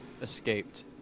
escaped